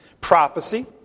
Prophecy